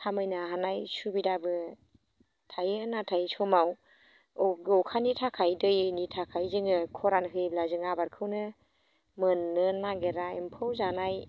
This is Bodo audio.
खामायनो हानाय सुबिदाबो थायो नाथाय समाव अखानि थाखाय दैनि थाखाय जोङो खरान होयोब्ला जों आबादखौनो मोननो नागिरा एम्फौ जानाय